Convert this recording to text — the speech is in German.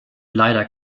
leider